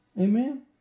amen